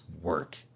work